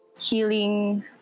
healing